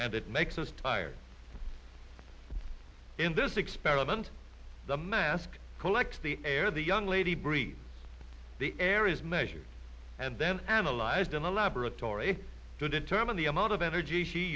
and it makes us tired in this experiment the mask collects the air the young lady breathe the air is measured and then analyzed in a laboratory to determine the amount of energy she